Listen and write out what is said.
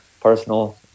personal